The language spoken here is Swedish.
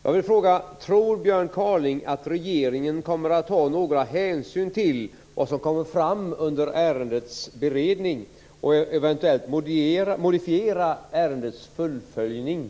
Jag vill fråga: Tror Björn Kaaling att regeringen kommer att ta någon hänsyn till vad som kommer fram under ärendets beredning och att eventuellt modifiera ärendets fullföljande?